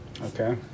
Okay